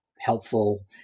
helpful